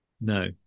No